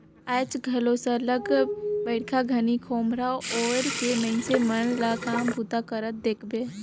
आएज घलो सरलग बरिखा घनी खोम्हरा ओएढ़ के मइनसे मन ल काम बूता करत देखबे